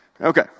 Okay